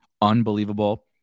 unbelievable